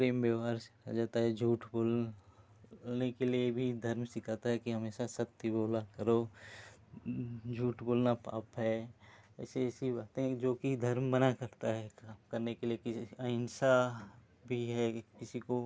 प्रेम व्यवहार से रहा जाता है झूठ बोलने के लिए भी धर्म सिखाता है कि हमेशा सत्य बोला करो झूठ बोलना पाप है ऐसी ऐसी बातें जो कि धर्म मना करता है काम करने के लिए कि अहिंसा पर ही है किसी को